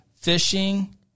fishing